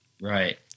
Right